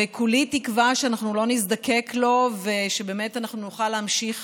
וכולי תקווה שאנחנו לא נזדקק לו ושנוכל להמשיך